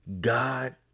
God